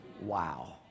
Wow